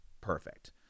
perfect